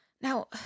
Now